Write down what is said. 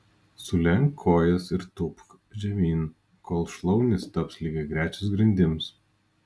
sulenk kojas ir tūpk žemyn kol šlaunys taps lygiagrečios grindims